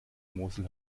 mosel